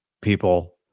people